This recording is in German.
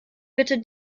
bitte